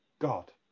God